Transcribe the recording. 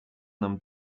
nam